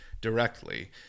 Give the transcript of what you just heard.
directly